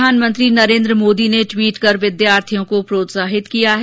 प्रधानमंत्री नरेन्द्र मोदी ने द्वीट कर विद्यार्थियों को प्रोत्साहित किया है